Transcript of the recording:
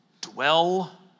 dwell